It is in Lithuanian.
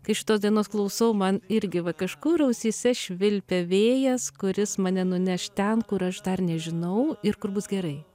kai šitos dienos klausau man irgi va kažkur ausyse švilpia vėjas kuris mane nuneš ten kur aš dar nežinau ir kur bus gerai